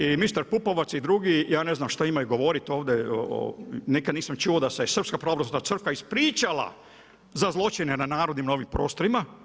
I mister Pupovac i drugi, ja ne znam, što imaju govoriti ovdje, nikada nisam čuo da se srpska pravoslovna crkva ispričala za zločine na narodom nad ovim prostorima.